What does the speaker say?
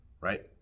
right